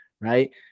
right